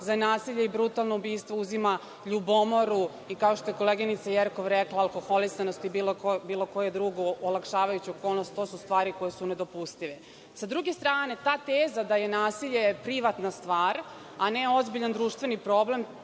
za nasilje i brutalno ubistvo uzima ljubomoru i kao što je koleginica Jerkov rekla, alkoholisanost i bilo koju drugu olakšavajuću okolnost. To su stvari koje su nedopustive.S druge strane, ta teza da je nasilje privatna stvar a ne ozbiljan društveni problem,